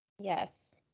Yes